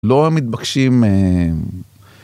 לא מתבקשים...